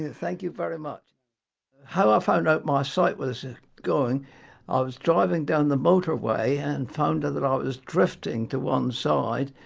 and thank you very much how i found out my sight was going i was driving down the motorway and found that i was drifting to one side.